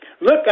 Look